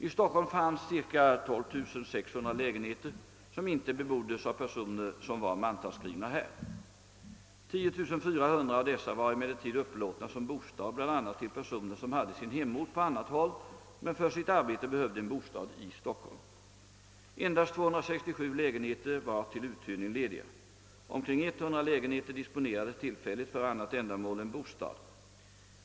I Stockholm fanns cirka 12600 lägenheter som inte beboddes av personer som var mantalsskrivna där. 10 400 av dessa var emellertid upplåtna som bostad, bl.a. till personer som hade sin hemort på annat håll men för sitt arbete behövde en bostad i Stockholm. Endast 267 lägenheter var till uthyrning lediga. Omkring 100 lägenheter disponerades tillfälligt för annat ändamål än bostad.